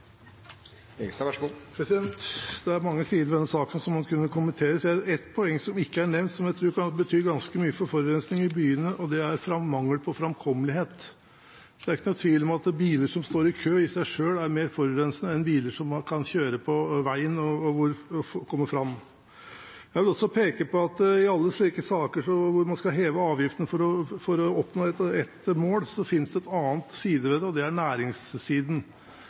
nevnt, som jeg tror kan bety ganske mye for forurensningen i byene, er mangelen på framkommelighet. Det er ikke noen tvil om at biler som står i kø, i seg selv er mer forurensende enn biler som man kan kjøre på veien, og som kommer fram. Jeg vil også peke på at i alle slike saker hvor man skal heve avgiften for å oppnå et mål, finnes det en annen side ved det, og det er næringssiden.